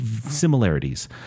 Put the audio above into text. similarities